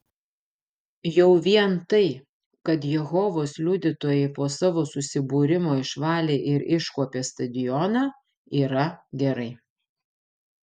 jau vien tai kad jehovos liudytojai po savo susibūrimo išvalė ir iškuopė stadioną yra gerai